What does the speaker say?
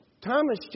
Thomas